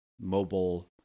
mobile